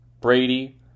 Brady